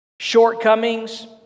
shortcomings